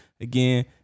Again